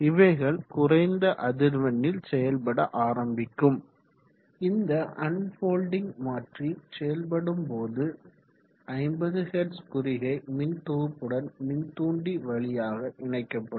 இவைகள் குறைந்த அதிர்வெண்ணில் செயல்பட ஆரம்பிக்கும் இந்த அன்ஃபொல்டிங் மாற்றி செயல்படும் போது இந்த 50 ஹெர்ட்ஸ் குறிகை மின்தொகுப்புடன் மின் தூண்டி வழியாக இணைக்கப்படும்